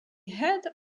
head